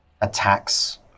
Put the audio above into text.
attacks